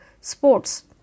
sports